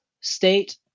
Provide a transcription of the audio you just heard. state